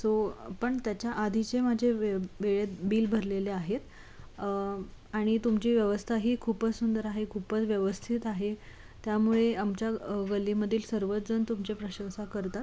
so पण त्याच्या आधीचे माझे वे वेळेत बिल भरलेले आहेत आणि तुमची व्यवस्था ही खूपच सुंदर आहे खूपच व्यवस्थित आहे त्यामुळे आमच्या गल्लीमधील सर्वचजण तुमचे प्रशंसा करतात